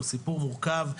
הוא סיפור מורכב,